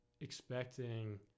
expecting